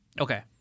Okay